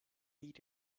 eat